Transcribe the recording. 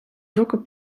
drokke